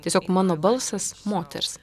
tiesiog mano balsas moters